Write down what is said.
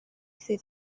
ddydd